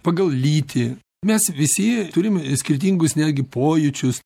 pagal lytį mes visi turim skirtingus netgi pojūčius